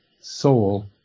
soul